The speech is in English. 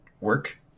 work